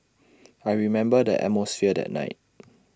I remember the atmosphere that night